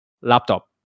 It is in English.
laptop